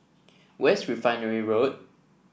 where is Refinery Road